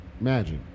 Magic